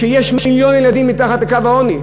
את מי זה מעניין שיש מיליון ילדים מתחת לקו העוני,